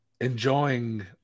enjoying